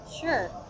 Sure